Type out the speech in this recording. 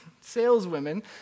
saleswomen